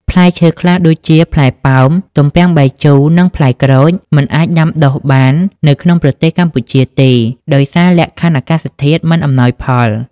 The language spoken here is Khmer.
ផ្លែឈើខ្លះដូចជា ផ្លែប៉ោម ទំពាំងបាយជូរ និង ផ្លែក្រូច មិនអាចដាំដុះបាននៅក្នុងប្រទេសកម្ពុជាទេ ដោយសារលក្ខខណ្ឌអាកាសធាតុមិនអំណោយផល។